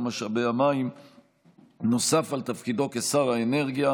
משאבי המים נוסף על תפקידו כשר האנרגיה,